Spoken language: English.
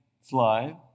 slide